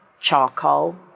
charcoal